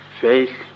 faith